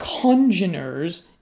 congeners